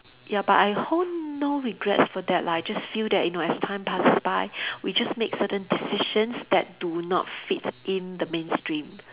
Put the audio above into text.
ya but I hold no regrets for that lah I just feel that you know as time passes by we just make certain decisions that do not fit in the mainstream